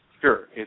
Sure